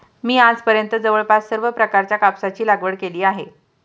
मी आजपर्यंत जवळपास सर्व प्रकारच्या कापसाची लागवड केली आहे